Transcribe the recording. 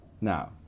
Now